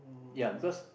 ya because